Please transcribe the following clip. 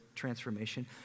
transformation